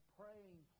praying